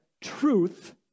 truth